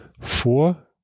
vor